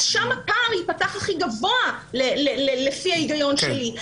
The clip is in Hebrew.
שם הפער ייפתח הכי גבוה לפי ההיגיון שלי.